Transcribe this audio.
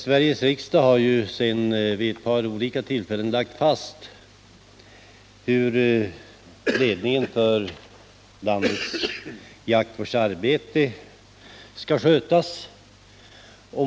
Sveriges riksdag har vid ett par olika tillfällen bestämt hur ledningen för landets jaktvårdsarbete skall skötas.